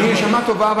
אתה נשמה טובה.